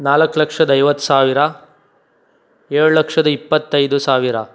ನಾಲ್ಕು ಲಕ್ಷದ ಐವತ್ತು ಸಾವಿರ ಏಳು ಲಕ್ಷದ ಇಪ್ಪತ್ತೈದು ಸಾವಿರ